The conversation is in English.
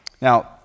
Now